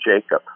Jacob